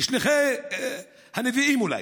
שליחי הנביאים, אולי,